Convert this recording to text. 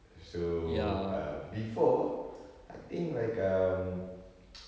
so um before I think like um